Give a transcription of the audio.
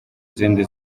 izindi